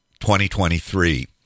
2023